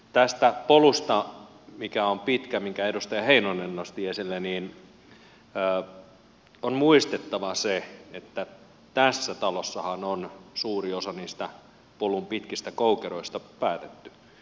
tästä polusta mikä on pitkä minkä edustaja heinonen nosti esille on muistettava se että tässä talossahan on suuri osa niistä polun pitkistä koukeroista päätetty